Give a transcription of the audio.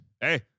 Hey